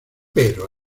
pero